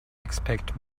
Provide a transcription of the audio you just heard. expect